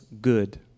good